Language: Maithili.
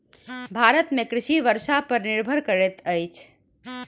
भारत में कृषि वर्षा पर निर्भर करैत अछि